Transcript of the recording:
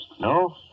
No